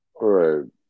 Right